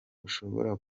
ushobora